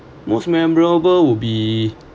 most memorable would be